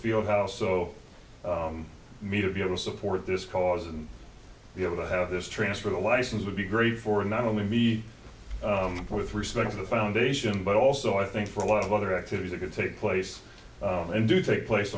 field house so me to be able support this cause and be able to have this transfer the license would be great for not only me with respect to the foundation but also i think for a lot of other activities that could take place and do take place